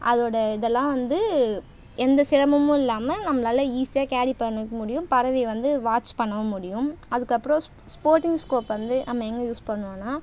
அதோடய இதெல்லாம் வந்து எந்த சிரமமும் இல்லாமல் நம்மளால் ஈஸியாக கேரி பண்ணிக்க முடியும் பறவை வந்து வாட்ச் பண்ணவும் முடியும் அதுக்கப்புறம் ஸ்போட்டிங் ஸ்கோப் வந்து நம்ம எங்கே யூஸ் பண்ணுவோனால்